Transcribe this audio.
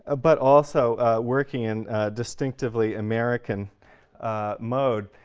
ah but also working in distinctively american mode.